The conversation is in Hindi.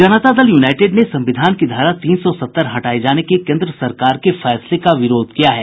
जनता दल यूनाईटेड ने संविधान की धारा तीन सौ सत्तर हटाये जाने के केन्द्र सरकार के फैसले का विरोध किया है